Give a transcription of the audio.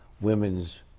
women's